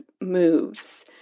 moves